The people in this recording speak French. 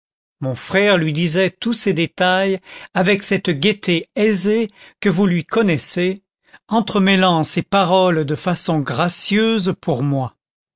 mon frère lui disait tous ces détails avec cette gaîté aisée que vous lui connaissez entremêlant ses paroles de façons gracieuses pour moi